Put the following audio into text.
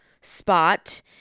spot